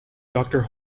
doctor